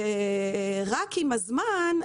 רק עם הזמן,